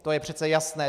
To je přece jasné.